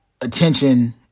attention